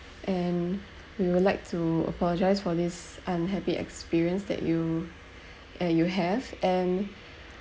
and we would like to apologise for this unhappy experience that you and you have and